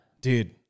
Dude